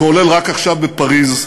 כולל רק עכשיו בפריז,